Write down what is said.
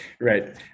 right